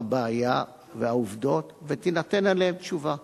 הבעיה והעובדות, ותינתן עליהן תשובה.